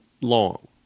long